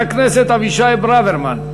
חבר הכנסת אבישי ברוורמן,